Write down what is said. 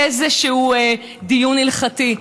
איזשהו דיון הלכתי.